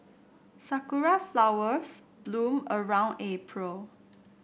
sakura flowers bloom around April